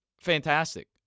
fantastic